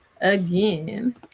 again